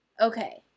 Okay